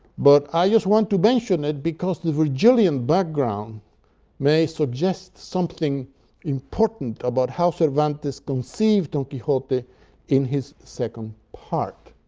but i just want to mention it, because the virgilian background may suggest something important about how cervantes conceived don quixote in his second part.